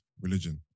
religion